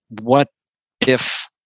what-if